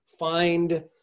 Find